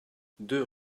deux